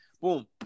Boom